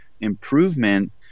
improvement